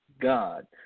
God